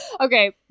Okay